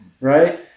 right